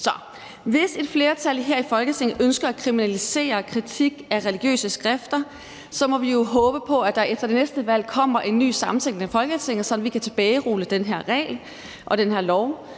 hvis et flertal her i Folketinget ønsker at kriminalisere kritik af religiøse skrifter, må vi jo håbe på, at der efter det næste valg kommer en ny sammensætning af Folketinget, sådan at vi kan tilbagerulle den her